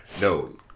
no